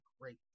great